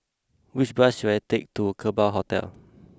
which bus should I take to Kerbau Hotel